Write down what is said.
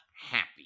happy